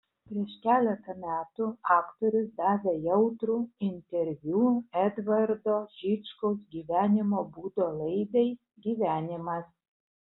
prieš keletą metų aktorius davė jautrų interviu edvardo žičkaus gyvenimo būdo laidai gyvenimas